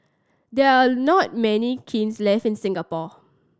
there are not many kilns left in Singapore